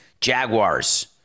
Jaguars